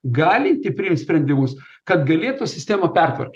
galintį priimti sprendimus kad galėtų sistemą pertvarkyt